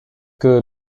que